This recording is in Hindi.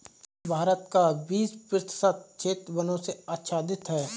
भारत का बीस प्रतिशत क्षेत्र वनों से आच्छादित है